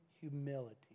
humility